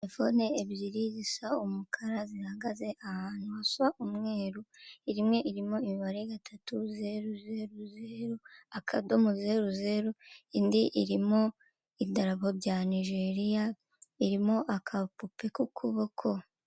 Telefone ebyiri zisa umukara, zihagaze ahantu hasa umweru, imwe irimo imibare, gatatu, zeru, zeru, zeru, akadomo, zeru, zeru, indi irimo idarapo rya Nigeria, irimo agapupe k'ukuboko.